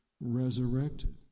resurrected